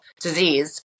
disease